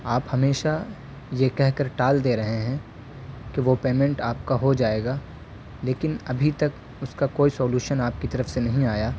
آپ ہمیشہ یہ کہہ کر ٹال دے رہے ہیں کہ وہ پیمنٹ آپ کا ہو جائے گا لیکن ابھی تک اس کا کوئی سولوشن آپ کی طرف سے نہیں آیا